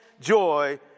joy